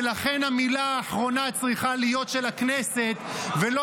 ולכן המילה האחרונה צריכה להיות של הכנסת ולא